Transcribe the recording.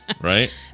right